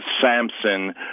Samson